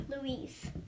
Louise